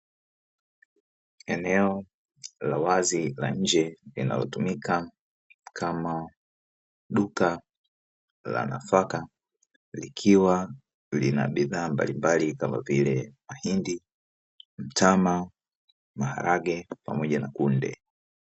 Eneo la wazi la nje linalotumika kama duka la nafaka likiwa lina bidhaa mbalimbali kama vile: mahindi, mtama, maharage pamoja na kunde.